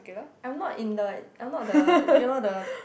I'm not in the I'm not the you know the